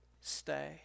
stay